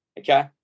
Okay